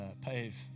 pave